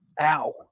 Ow